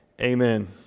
amen